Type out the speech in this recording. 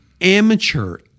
amateur